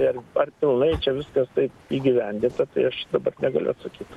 ir ar pilnai čia viskas taip įgyvendinta tai aš dabar negaliu atsakyt